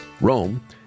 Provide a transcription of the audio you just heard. Rome